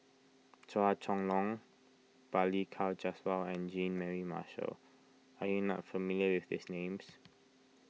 Chua Chong Long Balli Kaur Jaswal and Jean Mary Marshall are you not familiar with these names